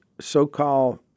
so-called